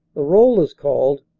the roll is called,